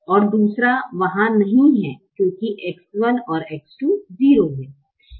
और दूसरा वहाँ नहीं है क्योंकि X1 और X2 0 हैं